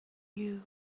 you